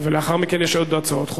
ולאחר מכן יש עוד הצעות חוק.